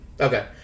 Okay